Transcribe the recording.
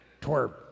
twerp